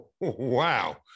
Wow